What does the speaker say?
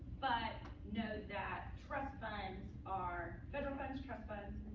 but note that trust funds are federal funds, trust funds